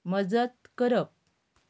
मजत करप